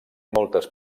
moltes